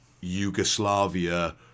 Yugoslavia